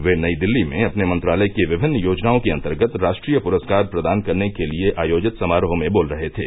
वे नई दिल्ली में अपने मंत्रालय की विभिन्न योजनाओं के अंतर्गत राष्ट्रीय पुरस्कार प्रदान करने के लिए आयोजित समारोह में बोल रहे थे